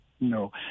No